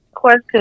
question